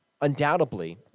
undoubtedly